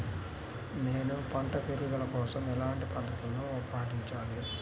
నేను పంట పెరుగుదల కోసం ఎలాంటి పద్దతులను పాటించాలి?